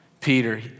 Peter